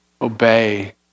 Obey